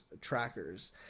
trackers